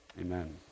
Amen